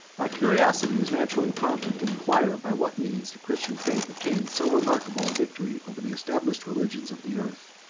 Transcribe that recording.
our curiosity is naturally prompted to inquire by what means the christian faith obtained so remarkable a victory over the established religions of the earth.